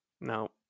No